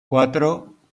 cuatro